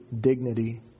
dignity